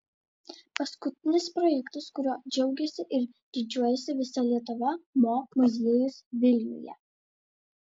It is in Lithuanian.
paskutinis projektas kuriuo džiaugiasi ir didžiuojasi visa lietuva mo muziejus vilniuje